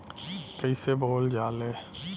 कईसे बोवल जाले?